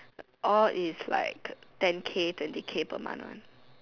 all is like ten K twenty K per month one